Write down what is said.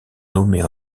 nommées